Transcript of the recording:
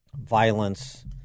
violence